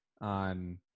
on